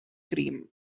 cream